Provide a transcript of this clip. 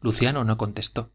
luciano contestó